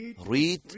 read